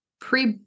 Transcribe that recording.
pre